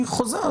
אני חוזר,